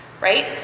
right